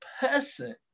person